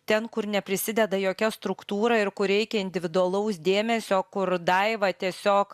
ten kur neprisideda jokia struktūra ir kur reikia individualaus dėmesio kur daiva tiesiog